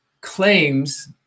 claims